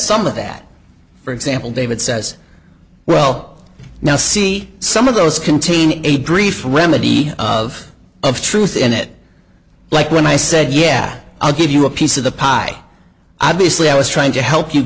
of that for example david says well now see some of those contain a brief remedy of of truth in it like when i said yeah i'll give you a piece of the pie obviously i was trying to help you